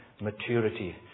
maturity